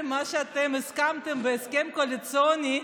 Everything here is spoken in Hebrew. זה מה שהסכמתם בהסכם הקואליציוני,